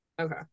Okay